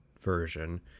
version